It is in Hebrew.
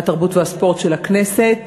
התרבות והספורט של הכנסת,